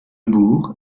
bourg